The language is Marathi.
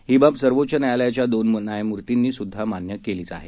ही बाब सर्वोच्च न्यायालयाच्या दोन न्यायमूर्तींनी सुद्धा मान्य केलीच आहे